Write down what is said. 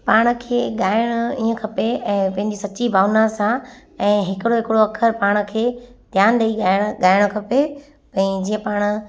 पाण खे ॻाइण ईअं खपे ऐं पंहिंजी सची भावना सां ऐं हिकिड़ो हिकिड़ो अखरु पाण खे ध्यानु ॾेई ॻाइणु ॻाइणु खपे भई जीअं पाण